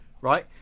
right